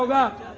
up